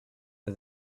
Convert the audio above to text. for